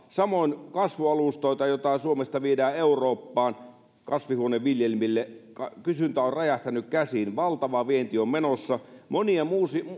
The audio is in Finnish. samoin kasvualustojen joita suomesta viedään eurooppaan kasvihuoneviljelmille kysyntä on räjähtänyt käsiin valtava vienti on menossa monia